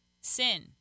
sin